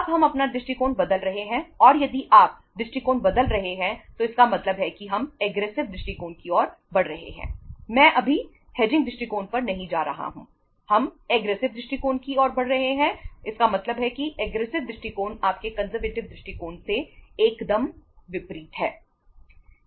अब हम अपना दृष्टिकोण बदल रहे हैं और यदि आप दृष्टिकोण बदल रहे हैं तो इसका मतलब है कि हम एग्रेसिव दृष्टिकोण के एकदम विपरीत है